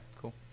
cool